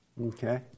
Okay